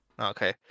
Okay